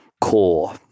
core